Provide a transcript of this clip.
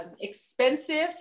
expensive